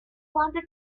wanted